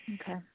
Okay